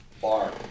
bar